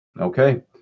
Okay